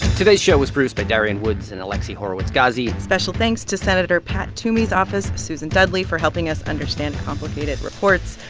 today's show was produced by darian woods and alexi horowitz-ghazi special thanks to senator pat toomey's office, susan dudley for helping us understand complicated reports,